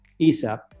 ESAP